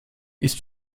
ist